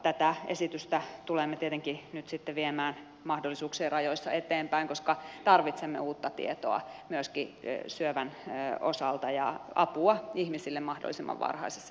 tätä esitystä tulemme tietenkin nyt sitten viemään mahdollisuuksien rajoissa eteenpäin koska tarvitsemme uutta tietoa myöskin syövän osalta ja apua ihmisille mahdollisimman varhaisessa vaiheessa